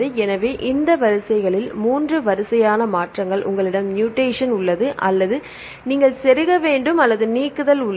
எனவே இவை வரிசைகளில் 3 வகையான மாற்றங்கள் உங்களிடம் மூடேசன் உள்ளது அல்லது நீங்கள் செருக வேண்டும் அல்லது நீக்குதல் உள்ளது